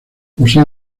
posee